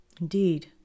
Indeed